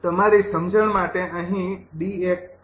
તમારી સમજણ માટે અહીં D ૧ કહો